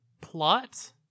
plot